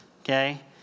okay